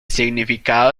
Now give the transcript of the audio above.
significado